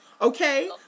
Okay